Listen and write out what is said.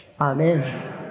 amen